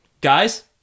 guys